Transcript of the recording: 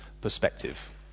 perspective